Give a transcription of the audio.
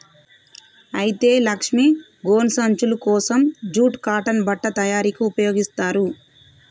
అయితే లక్ష్మీ గోను సంచులు కోసం జూట్ కాటన్ బట్ట తయారీకి ఉపయోగిస్తారు